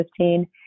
2015